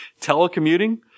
Telecommuting